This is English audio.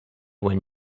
when